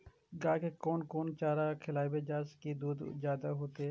गाय के कोन कोन चारा खिलाबे जा की दूध जादे होते?